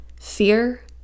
Fear